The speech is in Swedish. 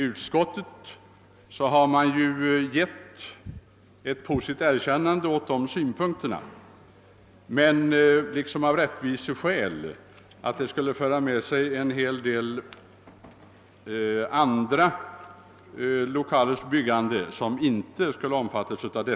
Utskottet har i sin skrivning också gett ett positivt erkännande åt de synpunkterna men har inte ansett sig kunna tillstyrka bifall med hänsyn till att detta skulle kunna föra med sig att andra, inte lika välmotiverade byggnader då kunde komma till utförande.